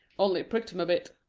only pricked him a bit,